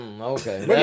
Okay